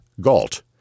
Galt